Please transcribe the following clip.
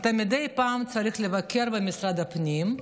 אתה צריך לבקר מדי פעם במשרד הפנים.